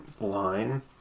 line